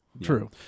True